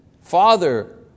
Father